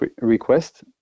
request